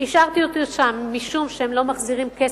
השארתי אותו שם משום שהם לא מחזירים כסף,